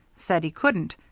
said he couldn't.